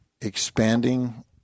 expanding